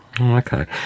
Okay